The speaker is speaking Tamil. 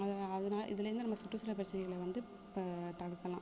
அதில் அதனால இதுலந்து நம்ப சுற்றுச்சூழுல் பிரச்சினைகளை வந்து ப தடுக்கலாம்